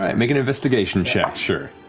um make an investigation check, sure.